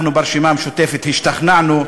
אנחנו ברשימה המשותפת השתכנענו,